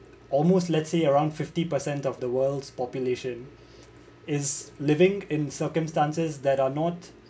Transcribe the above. almost let's say around fifty percent of the world's population is living in circumstances that are not